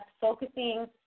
focusing